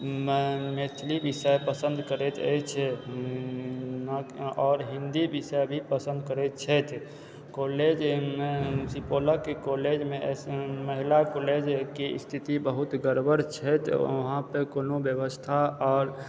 मे मैथिली विषय पसंद करैत अछि आओर हिंदी विषय भी पसंद करैत छथि कॉलेजमे सुपौलके कॉलेजमे एस एन महिला कॉलेजके स्थिति बहुत गड़बड़ छथि वहाँ पर कोनो व्यवस्था आओर